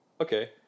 okay